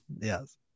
Yes